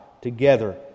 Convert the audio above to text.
together